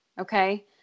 okay